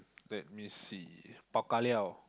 let me see bao ka liao